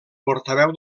portaveu